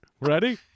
Ready